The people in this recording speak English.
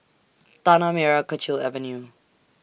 Tanah Merah Kechil Avenue